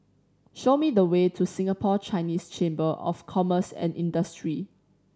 show me the way to Singapore Chinese Chamber of Commerce and Industry